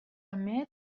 emet